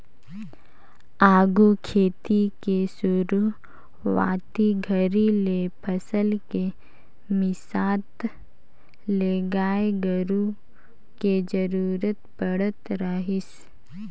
आघु खेती के सुरूवाती घरी ले फसल के मिसात ले गाय गोरु के जरूरत पड़त रहीस